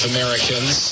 Americans